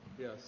Yes